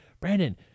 Brandon